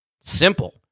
Simple